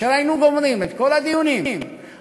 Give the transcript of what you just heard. כאשר היינו גומרים את כל הדיונים על